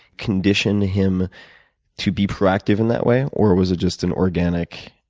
condition him to be proactive in that way or was it just an organic,